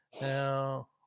now